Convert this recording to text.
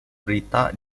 berita